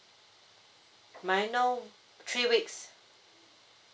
may I know three weeks